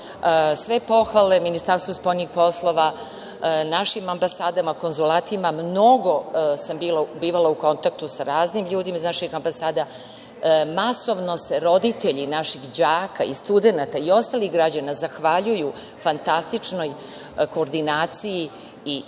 Sve pohvale Ministarstvu spoljnih poslova, našim ambasadama, konzulatima, mnogo sam bivala u kontaktu sa raznim ljudima iz naših ambasada. Masovno se roditelji naših đaka i studenata i ostali građani zahvaljuju fantastičnoj koordinaciji i opet